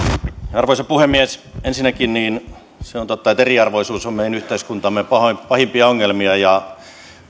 arvoisa puhemies ensinnäkin se on totta että eriarvoisuus on meidän yhteiskuntamme pahimpia pahimpia ongelmia ja